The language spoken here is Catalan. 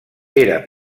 era